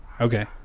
Okay